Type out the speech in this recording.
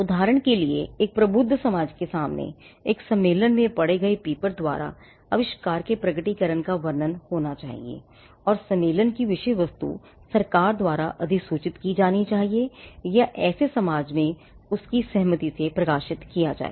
उदाहरण के लिए एक प्रबुद्ध समाज के सामने एक सम्मेलन में पढ़े गए पेपर द्वारा आविष्कार के प्रकटीकरण का वर्णन होना चाहिए और सम्मेलन की विषय वस्तु सरकार द्वारा अधिसूचित की जानी चाहिए या ऐसे समाज में यह उसकी सहमति से प्रकाशित किया जाए